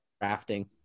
drafting